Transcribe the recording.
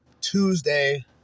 Tuesday